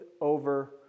Over